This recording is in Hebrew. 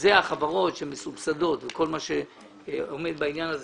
שאלה החברות שמסובסדות וכל מה שעומד בעניין הזה,